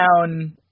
down